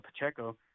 Pacheco